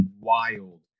wild